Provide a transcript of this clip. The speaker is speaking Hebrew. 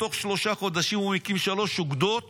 תוך שלושה חודשים הוא הקים שלוש אוגדות